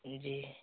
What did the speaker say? जी